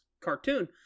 cartoon